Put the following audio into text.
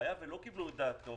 והיה ולא קיבלו את דעתו